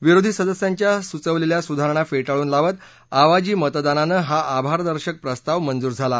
विरोधी सदस्यांच्या सूचवलेल्या सुधारणा फेटाळून लावत आवाजी मतदानानं हा आभारदर्शक प्रस्ताव मंजूर झाला